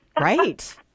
Right